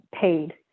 paid